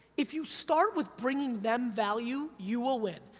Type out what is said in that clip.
if you start with bringing them value, you will win.